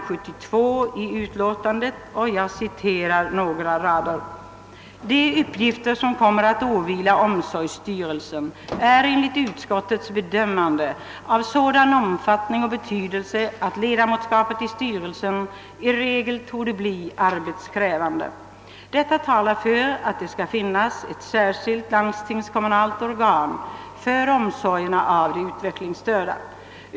72 i utlåtandet: »De uppgifter, som kommer att åvila omsorgsstyrelsen, är enligt utskottets bedömande av sådan omfattning och betydelse, att ledamotskap i styrelsen i regel torde bli arbetskrävande. Detta talar för att det skall finnas ett särskilt landstingskommunalt. organ för omsorgerna om de utvecklingsstörda.